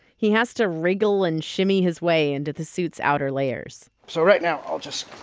he has to wriggle and shimmy his way under the suit's outer layers so right now. i'll just